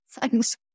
thanks